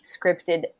scripted